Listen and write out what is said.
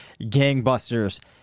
gangbusters